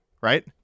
right